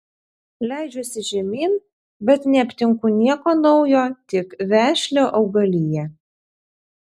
leidžiuosi žemyn bet neaptinku nieko naujo tik vešlią augaliją